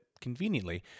conveniently